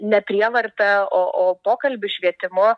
ne prievarta o o pokalbiu švietimu